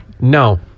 No